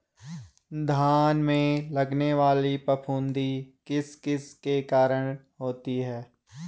धान में लगने वाली फफूंदी किस किस के कारण होती है?